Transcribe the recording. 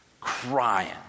crying